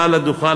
מעל הדוכן,